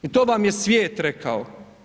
I to vam je svijet rekao.